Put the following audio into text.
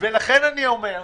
אני אומר,